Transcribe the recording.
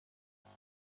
دختر